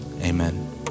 amen